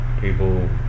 people